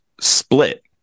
split